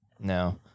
No